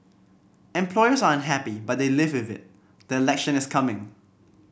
employers are unhappy but they live with it the election is coming